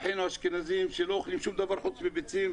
שראינו את אחינו האשכנזים שלא אוכלים שום דבר חוץ מביצים,